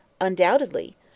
Undoubtedly